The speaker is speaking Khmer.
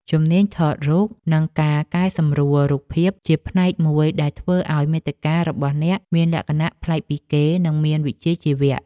ជំនាញថតរូបភាព និងការកែសម្រួលរូបភាព ជាផ្នែកមួយដែលធ្វើឱ្យមាតិការបស់អ្នកមានលក្ខណៈប្លែកពីគេ និងមានវិជ្ជាជីវៈ។